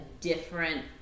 different